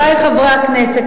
רבותי חברי הכנסת,